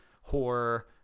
horror